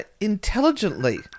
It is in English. intelligently